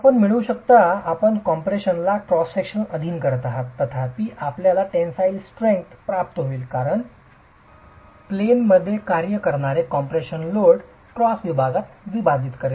आपण मिळवू शकता आपण कॉम्प्रेशनला क्रॉस सेक्शन अधीन करीत आहात तथापि आपल्याला टेनसाईल स्ट्रेंग्थ प्राप्त होईल कारण प्लेन मध्ये मध्ये कार्य करणारे कॉम्प्रेशन लोड क्रॉस विभाग विभाजित करेल